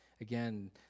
Again